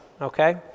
okay